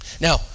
Now